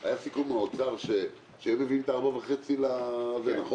היה סיכום עם האוצר שהם מביאים 4.5, נכון?